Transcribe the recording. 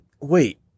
wait